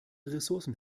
ressourcen